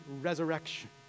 resurrection